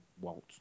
Walt